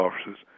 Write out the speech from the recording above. offices